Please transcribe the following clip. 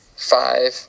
Five